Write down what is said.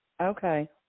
Okay